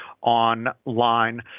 online